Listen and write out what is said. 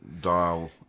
dial